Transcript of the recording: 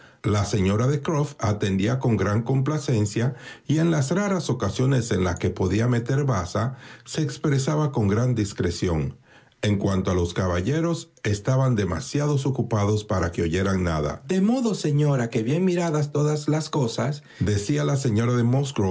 la señora de croft atendía con gran complacencia y en las raras ocasiones en las que podía meter baza se expresaba con gran discreción en cuanto a los caballeros estaban demasiado ocupados para que í eían nada de modo señora que bien miradassdas las cosasdecía la señora de